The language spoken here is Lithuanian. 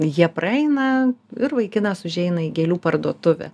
jie praeina ir vaikinas užeina į gėlių parduotuvę